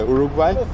Uruguay